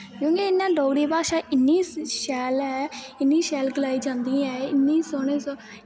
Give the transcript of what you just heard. क्योंकि इ'यां डोगरी भाशा इन्नी शैल ऐ इन्नी शैल गलाई जांदी ऐ एह् इन्नी सोह्नी